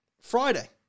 friday